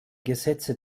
gesetze